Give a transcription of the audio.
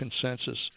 consensus